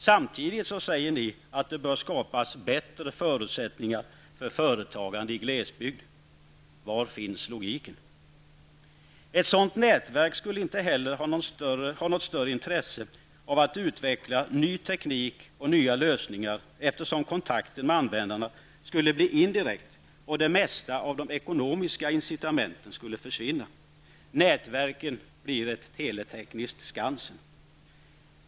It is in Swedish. Samtidigt säger ni att det bör skapas bättre förutsättningar för företagande i glesbygd. Var finns logiken? Ett sådant ''nätverk'' skulle inte heller ha något större intresse av att utvecka ny teknik och nya lösningar, eftersom kontakten med användarna skulle bli indirekt och det mesta av de ekonomiska incitamenten skulle försvinna. ''Nätverket'' blir ett teletekniskt Skansen.